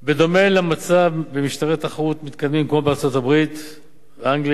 בדומה למצב במשטרי תחרות מתקדמים כמו בארצות-הברית ואנגליה.